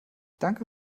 danke